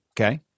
Okay